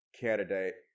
Candidate